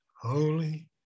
holy